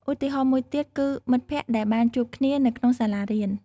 ឧទាហរណ៍មួយទៀតគឺមិត្តភក្តិដែលបានជួបគ្នានៅក្នុងសាលារៀន។